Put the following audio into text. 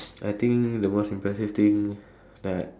I think the most impressive thing that